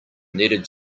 needed